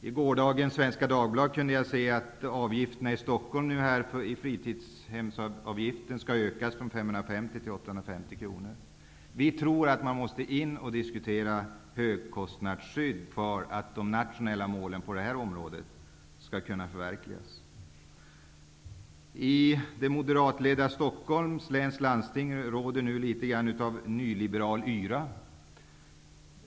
I gårdagens Svenska Dagbladet kunde jag läsa att fritidshemsavgifterna i Stockholm skall ökas från 550 kr till 850 kr. Vi tror att vi måste disku tera högkostnadsskydd för att de nationella målen på det här området skall kunna förverkligas. I det moderatledda Stockholms läns landsting råder nu litet av en nyliberal yra.